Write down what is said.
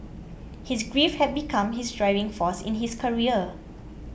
his grief had become his driving force in his career